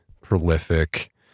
prolific